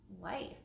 life